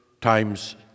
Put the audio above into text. times